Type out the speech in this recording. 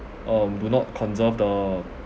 um do not conserve the